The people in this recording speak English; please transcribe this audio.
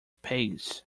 pace